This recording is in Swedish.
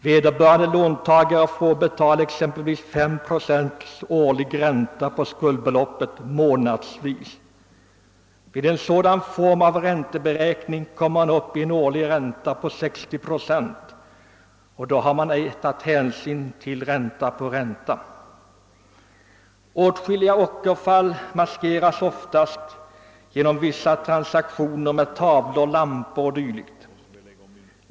Vederbörande låntagare får erlägga t.ex. 5 procents årlig ränta på skuldbeloppet månadsvis. Vid en sådan form av ränteberäkning kommer man upp i en årsränta på 60 procent, och då är ej hänsyn tagen till ränta på ränta. Åtskilliga ockerfall maskeras genom vissa transaktioner med tavlor, lampor o.d.